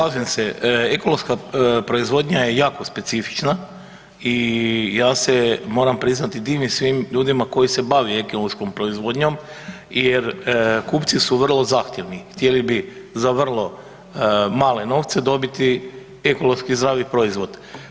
Pa slažem se, ekološka proizvodnja je jako specifična i ja se moram priznati divim svim ljudima koji se bave ekološkom proizvodnjom jer kupci su vrlo zahtjevni, htjeli bi za vrlo male novce dobiti ekološki zdravi proizvod.